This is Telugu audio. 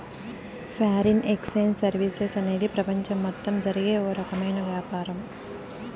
ఫారిన్ ఎక్సేంజ్ సర్వీసెస్ అనేది ప్రపంచం మొత్తం జరిగే ఓ రకమైన వ్యాపారం